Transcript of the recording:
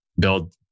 build